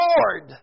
Lord